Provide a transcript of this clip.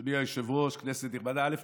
אדוני היושב-ראש, כנסת נכבדה, א.